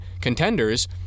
contenders